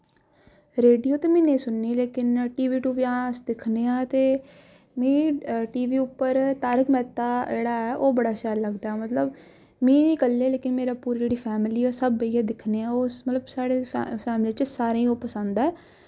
radio ते मैं नेईं सुनन्नी लेकिन टी वी टूवी हां अस दिक्खने आं ते मिगी टी वी उप्पर तारक मैह्ता जेह्ड़ा ऐ ओह् बड़ा शैल लगदा मतलब मिं निं कल्ले लेकिन मेरी पूरी जेह्ड़ी फैमली ऐ ओह् सब बेहियै दिक्खने ऐ ओह् मतलब साढ़ी फैमली बिच्च सारें ओह् पसंद ऐ